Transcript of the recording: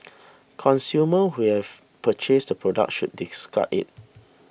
consumers who have purchased the product should discard it